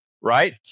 right